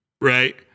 Right